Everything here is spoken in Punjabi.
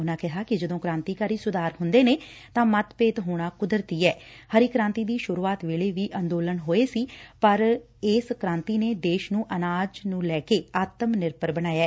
ਉਨਾਂ ਕਿਹਾ ਕਿ ਜਦੋਂ ਕਾਂਤੀਕਾਰੀ ਸੁਧਾਰ ਹੁੰਦੇ ਨੇ ਤਾਂ ਮਤਭੇਦ ਹੋਣ ਕੁਦਰਤੀ ਐ ਹਰੀ ਕੁਾਂਤੀ ਦੀ ਸੂਰੁਆਤ ਵੇਲੇ ਵੀ ਅੰਦੋਲਨ ਹੋਏ ਸੀ ਪਰ ਇਸ ਕੁਾਂਤੀ ਨੇ ਦੇਸ਼ ਨੂੰ ਅਨਾਜ ਲੈ ਕੇ ਆਤਮ ਨਿਰਭਰ ਬਣਾਇਐ